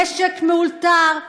נשק מאולתר,